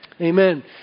Amen